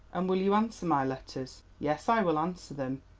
and will you answer my letters? yes, i will answer them.